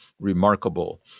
remarkable